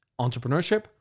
Entrepreneurship